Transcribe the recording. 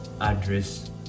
address